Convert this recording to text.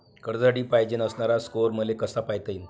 कर्जासाठी पायजेन असणारा स्कोर मले कसा पायता येईन?